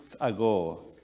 ago